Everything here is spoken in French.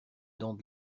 dent